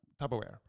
Tupperware